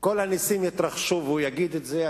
כל הנסים יתרחשו והוא יגיד את זה,